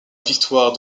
victoire